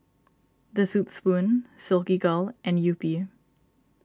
the Soup Spoon Silkygirl and Yupi